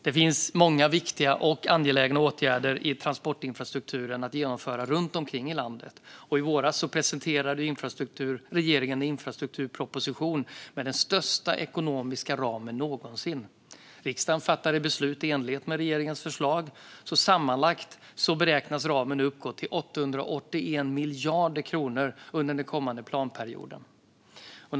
Det finns många viktiga och angelägna åtgärder i transportinfrastrukturen att genomföra runt om i landet. I våras presenterade regeringen en infrastrukturproposition med den största ekonomiska ramen någonsin. Riksdagen fattade beslut i enlighet med regeringens förslag. Sammanlagt beräknas ramen uppgå till 881 miljarder kronor under den kommande planperioden 2022-2033.